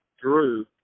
drew